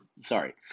Sorry